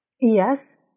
Yes